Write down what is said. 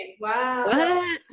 Wow